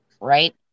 Right